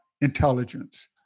intelligence